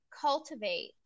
cultivate